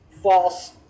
false